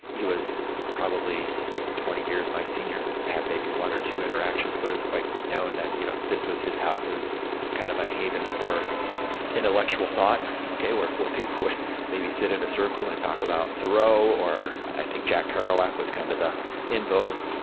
he was probably twenty years. my senior had maybe one or two interactions. but it's quite known that, you know, this was his house. it was kind of a haven for intellectual thought. ok, where where people would maybe sit in a circle and talk about thoreau or i think jack kerouac was kind of the in vogue,